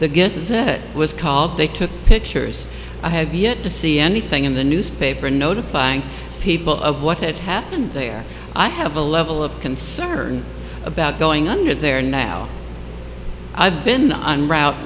is it was called they took pictures i have yet to see anything in the newspaper notifying people of what had happened there i have a level of concern about going under there now i've been on route